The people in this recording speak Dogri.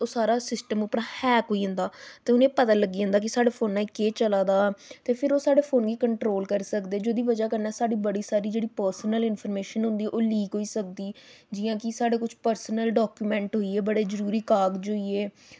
ओह् सारा सिस्टम उप्पर हैक होई जंदा ते उ'नें गी पता चली जंदा कि साढ़े फोना च केह् चला दा ते फिर ओह् साढ़े फोन गी कंट्रोल करी सकदे जेह्दे कन्नै साढ़ी बड़ी सारी जेह्ड़ी पर्सनल इंफर्मेशन ओह् लीक होई सकदी जि'यां कि साढ़े कुछ पर्सनल डाक्युमैंट होई गे बड़े जरूरी कागज होई गे